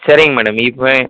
சரிங்க மேடம் இப்போ